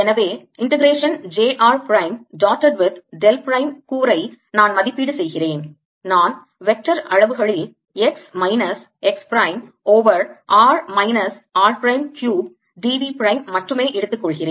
எனவே integration j r prime dotted with புள்ளியிடப்பட்ட del prime கூறை நான் மதிப்பீடு செய்கிறேன் நான் வெக்டர் அளவுகளில் x minus x prime over r minus r prime cube d v prime மட்டுமே எடுத்துக்கொள்கிறேன்